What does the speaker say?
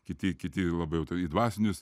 kiti kiti labiau į dvasinius